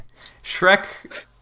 Shrek